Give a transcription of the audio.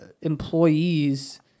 employees